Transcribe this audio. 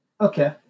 Okay